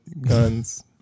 Guns